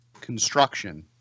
construction